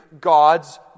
God's